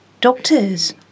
doctors